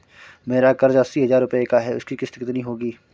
मेरा कर्ज अस्सी हज़ार रुपये का है उसकी किश्त कितनी होगी?